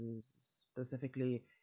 specifically